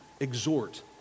Exhort